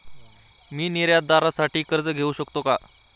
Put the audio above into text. मी निर्यातदारासाठी कर्ज घेऊ शकतो का?